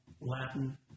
Latin